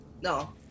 No